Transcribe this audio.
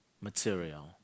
material